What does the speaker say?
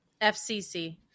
FCC